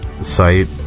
site